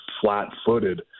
flat-footed